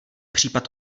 případ